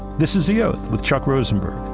this is the oath, with chuck rosenberg,